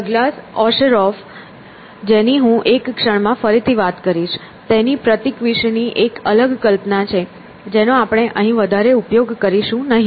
Douglas Osheroff જેની હું એક ક્ષણમાં ફરીથી વાત કરીશ તેની પ્રતીક વિશેની એક અલગ કલ્પના છે જેનો આપણે અહીં વધારે ઉપયોગ કરીશું નહીં